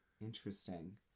Interesting